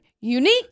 unique